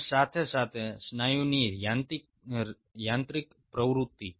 અને સાથે સાથે સ્નાયુની યાંત્રિક પ્રવૃત્તિ